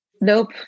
Nope